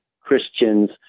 Christians